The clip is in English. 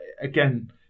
again